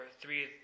three